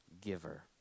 giver